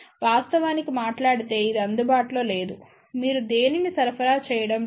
వాస్తవానికి మాట్లాడితే ఇది అందుబాటులో లేదు మీరు దేనినీ సరఫరా చేయడం లేదు